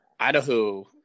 Idaho